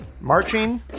marching